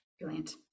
Brilliant